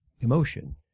emotion